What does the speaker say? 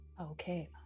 Okay